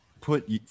put